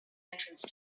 entrance